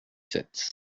sept